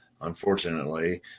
unfortunately